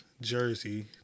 jersey